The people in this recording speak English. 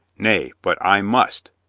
nay, but i must,